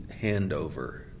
handover